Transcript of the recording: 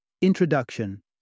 Introduction